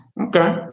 Okay